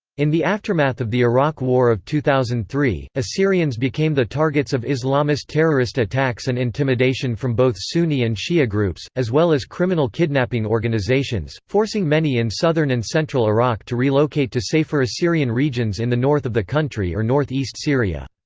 in the aftermath of the iraq war of two thousand and three, assyrians became the targets of islamist terrorist attacks and intimidation from both sunni and shia groups, as well as criminal kidnapping organisations forcing many in southern and central iraq to relocate to safer assyrian regions in the north of the country or north east syria.